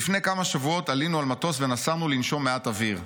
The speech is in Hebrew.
"לפני כמה שבועות עלינו על מטוס ונסענו לנשום מעט אוויר.